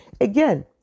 again